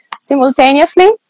simultaneously